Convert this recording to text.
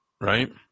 right